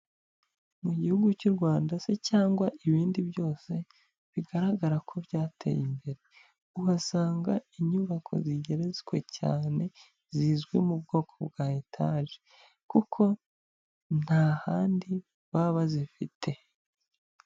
Mu gihugu cy'u Rwanda se cyangwa ibindi byose bigaragara ko byateye imbere, uhasanga inyubako zigerezwe cyane zizwi mu bwoko bwa etaje kuko nta handi baba bazifite.